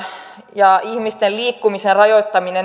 ja ihmisten liikkumisen rajoittaminen